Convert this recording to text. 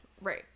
Right